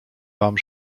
wam